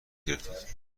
گرفتید